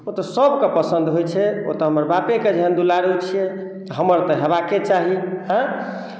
ओ तऽ सभकेँ पसन्द होइ छै ओ तऽ हमर बापेके जखन दुलारू छियै हमर तऽ हेबाके चाही आँय